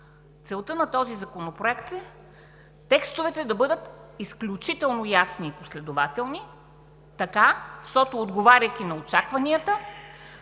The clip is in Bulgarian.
внесохме този законопроект. Целта му е текстовете да бъдат изключително ясни и последователни, така щото, отговаряйки на очакванията,